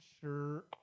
sure